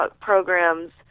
programs